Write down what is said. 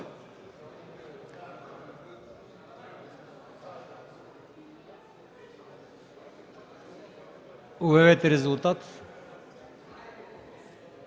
Обявете резултат.